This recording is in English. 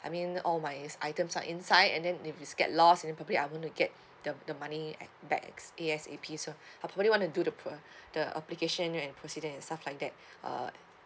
I mean all my items are inside and then if it's get lost and probably I want to get the the money like back A_S_A_P so I probably want to do the poor the application and procedure and stuff like that uh